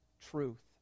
truth